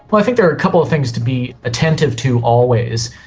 but i think there are couple of things to be attentive to always.